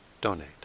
donate